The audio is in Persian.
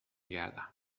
گردم